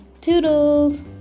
Toodles